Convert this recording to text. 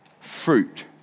fruit